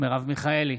מרב מיכאלי,